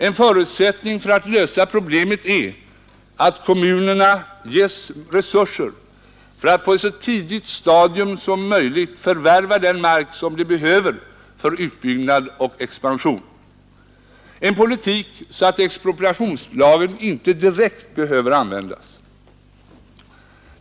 En förutsättning för att lösa markproblemet är att kommunerna ges resurser för att på ett så tidigt stadium som möjligt förvärva den mark som de behöver för utbyggnad och expansion, att föra en sådan politik att expropriationslagen inte direkt behöver användas.